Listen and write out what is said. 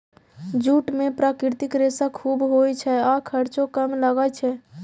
jute मे प्राकृतिक रेशा खूब होइ छै आ खर्चो कम लागै छै